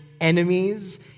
enemies